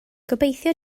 gobeithio